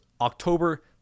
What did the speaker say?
October